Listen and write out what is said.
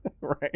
Right